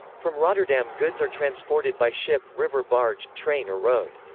from rotterdam goods are transported by ship, river barge, train or road.